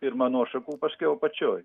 pirma nuo šakų paskiau apačioj